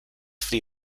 flee